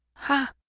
ha!